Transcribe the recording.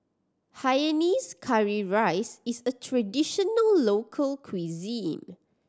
hainanese curry rice is a traditional local cuisine